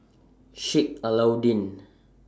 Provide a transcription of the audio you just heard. Sheik Alau'ddin